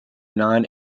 non